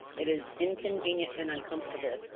it is inconvenient and uncomfortable,